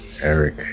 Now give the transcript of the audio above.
Eric